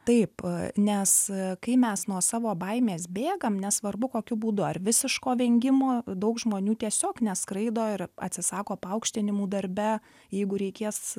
taip nes kai mes nuo savo baimės bėgam nesvarbu kokiu būdu ar visiško vengimo daug žmonių tiesiog neskraido ir atsisako paaukštinimų darbe jeigu reikės